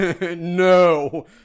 no